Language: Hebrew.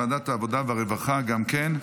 לוועדת העבודה והרווחה נתקבלה.